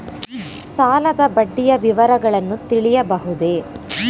ಸಾಲದ ಬಡ್ಡಿಯ ವಿವರಗಳನ್ನು ತಿಳಿಯಬಹುದೇ?